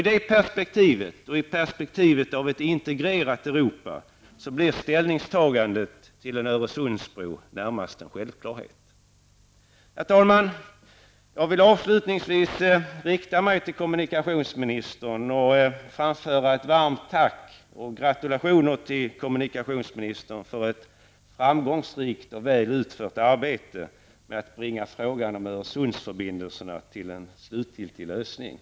I det perspektivet, och i perspektivet av ett integrerat Europa, blir ställningstagandet till en Öresundsbro närmast en självklarhet. Herr talman! Avslutningsvis vill jag rikta mig till kommunikationsministern och framföra ett varmt tack och gratulationer för ett framgångsrikt och väl utfört arbete med att bringa frågan om Öresundsförbindelserna till en slutgiltig lösning.